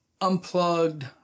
Unplugged